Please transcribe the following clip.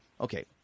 okay